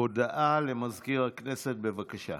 הודעה למזכיר הכנסת, בבקשה.